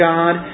God